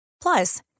Plus